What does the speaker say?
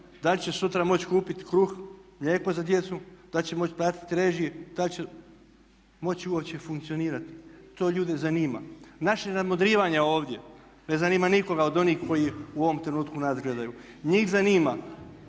da li će sutra moći kupiti kruh, mlijeko za djecu, da li će moći platiti režije, da li će moći uopće funkcionirati? To ljude zanima. Naše nadmudrivanje ovdje ne zanima nikoga od onih koji u ovom trenutku nas gledaju. Njih zanima